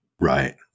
Right